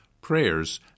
prayers